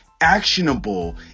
actionable